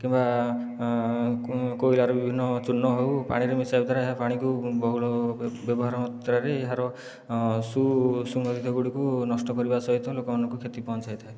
କିମ୍ବା କୋଇଲାର ବିଭିନ୍ନ ଚୁନ ହେଉ ପାଣିରେ ମିଶାଇବା ଦ୍ୱାରା ଏହା ପାଣିକୁ ବହୁଳ ବ୍ୟବହାର ମାତ୍ରାରେ ଏହାର ସୁନାଦିତ ଗୁଡ଼ିକୁ ନଷ୍ଟ କରିବା ସହିତ ଲୋକମାନଙ୍କୁ କ୍ଷତି ପହଞ୍ଚାଇଥାଏ